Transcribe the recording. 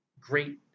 great